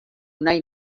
nahi